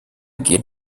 gehen